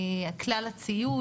כלל הציוד,